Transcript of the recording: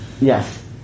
Yes